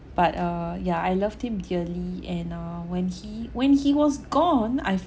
but err yeah I loved him dearly and uh when he when he was gone I